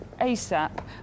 ASAP